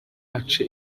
ace